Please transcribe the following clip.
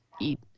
eat